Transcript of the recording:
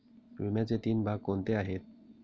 विम्याचे तीन भाग कोणते आहेत?